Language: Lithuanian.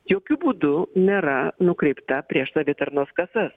jokiu būdu nėra nukreipta prieš savitarnos kasas